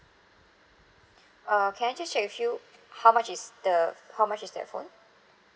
uh can I just check with you how much is the how much is that phone